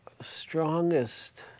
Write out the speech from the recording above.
strongest